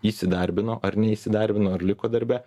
įsidarbino ar neįsidarbino ar liko darbe